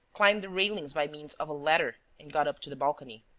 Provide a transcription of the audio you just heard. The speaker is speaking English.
climbed the railings by means of a ladder and got up to the balcony.